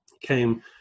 came